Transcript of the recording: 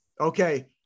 Okay